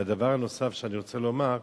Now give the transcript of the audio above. הדבר הנוסף שאני רוצה לומר,